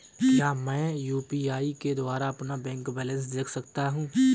क्या मैं यू.पी.आई के द्वारा अपना बैंक बैलेंस देख सकता हूँ?